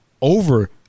over